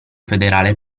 federale